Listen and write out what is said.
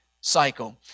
Cycle